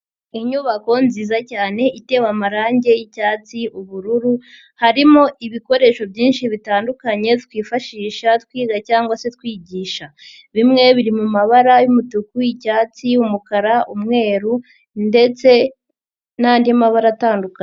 Inyubako nziza cyane itewe amarangi y'icyatsi, ubururu harimo ibikoresho byinshi bitandukanye twifashisha twiga cyangwa se twigisha, bimwe biri mu mabara y'umutuku, icyatsi, umukara, umweru ndetse n'andi mabara atandukanye.